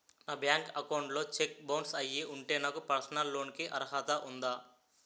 నా bank account లో check bounce అయ్యి ఉంటే నాకు పర్సనల్ లోన్ కీ అర్హత ఉందా?